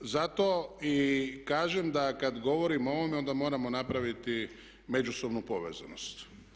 Zato i kažem da kada govorim o ovome onda moramo napraviti međusobnu povezanost.